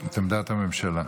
תציג את עמדת הממשלה.